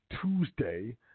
Tuesday